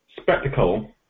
Spectacle